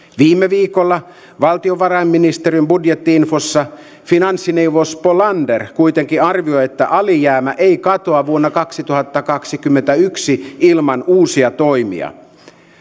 viime viikolla valtiovarainministeriön budjetti infossa finanssineuvos spolander kuitenkin arvioi että alijäämä ei katoa vuonna kaksituhattakaksikymmentäyksi ilman uusia toimia